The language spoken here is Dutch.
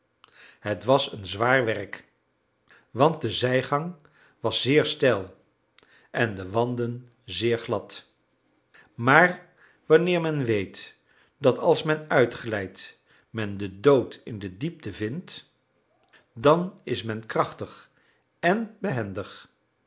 het was een zwaar werk want de zijgang was zeer steil en de wanden zeer glad maar wanneer men weet dat als men uitglijdt men den dood in de diepte vindt dan is men krachtig en behendig